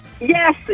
Yes